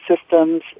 Systems